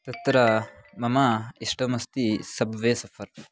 तत्र मम इष्टमस्ति सब्वे सफ़र्